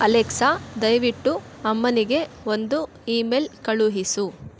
Alexa ದಯವಿಟ್ಟು ಅಮ್ಮನಿಗೆ ಒಂದು ಇಮೇಲ್ ಕಳುಹಿಸು